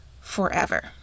forever